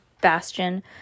bastion